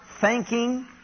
thanking